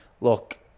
look